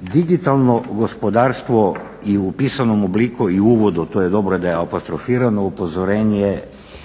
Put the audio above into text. Digitalno gospodarstvo i u pisanom obliku i u uvodu, a to je dobro da je apostrofirano, upozorenje